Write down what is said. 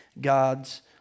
God's